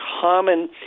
common